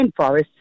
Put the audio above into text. rainforests